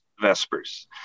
vespers